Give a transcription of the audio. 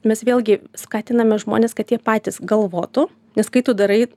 mes vėlgi skatiname žmones kad jie patys galvotų nes kai tu darai